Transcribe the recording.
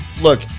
look